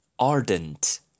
Ardent